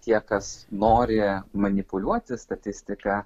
tie kas nori manipuliuoti statistika